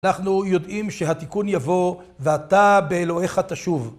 אנחנו יודעים שהתיקון יבוא, ואתה באלוהיך תשוב.